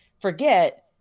forget